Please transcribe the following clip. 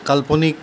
কাল্পনিক